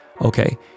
Okay